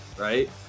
right